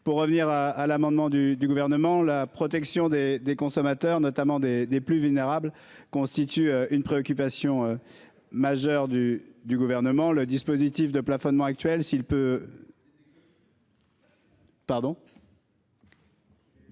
pour revenir à à l'amendement du du gouvernement la protection des des consommateurs notamment des des plus vulnérables constitue une préoccupation. Majeure du du gouvernement. Le dispositif de plafonnement actuel s'il peut. C'est. Pardon.